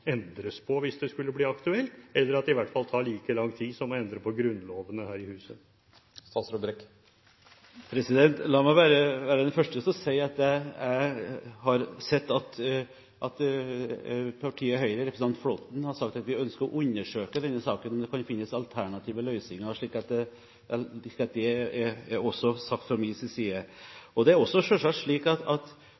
endres på, hvis det skulle bli aktuelt? Eller at det i hvert fall tar like lang tid som å endre på Grunnloven her i huset? La meg være den første til å si at jeg har hørt at partiet Høyre ved representanten Flåtten har sagt at vi ønsker å undersøke denne saken og se om det finnes alternative løsninger – så er det også sagt fra min side. Det er selvsagt også slik at forskrifter og regelverk som er i